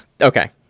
Okay